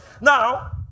Now